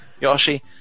Yoshi